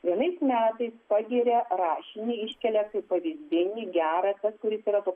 vienais metais pagiria rašinį iškelia kaip pavyzdinį gerą tas kuris yra toks